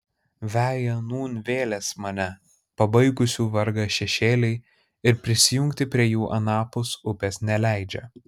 veja nūn vėlės mane pabaigusių vargą šešėliai ir prisijungti prie jų anapus upės neleidžia